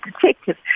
detective